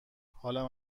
حالم